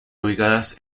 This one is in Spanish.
ubicadas